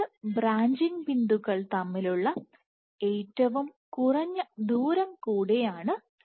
രണ്ട് ബ്രാഞ്ചിംഗ് ബിന്ദുക്കൾ തമ്മിലുള്ള ഏറ്റവും കുറഞ്ഞ ദൂരം കൂടിയാണ് Dbr